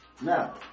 Now